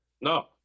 No